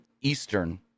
Eastern